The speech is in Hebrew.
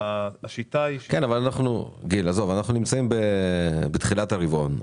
עזוב, אנחנו נמצאים בתחילת הרבעון .